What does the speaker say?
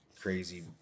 crazy –